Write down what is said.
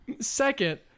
Second